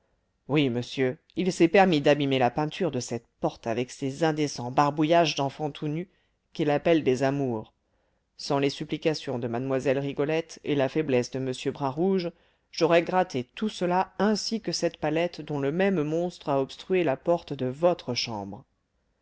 oui monsieur il s'est permis d'abîmer la peinture de cette porte avec ces indécents barbouillages d'enfants tout nus qu'il appelle des amours sans les supplications de mlle rigolette et la faiblesse de m bras rouge j'aurais gratté tout cela ainsi que cette palette dont le même monstre a obstrué la porte de votre chambre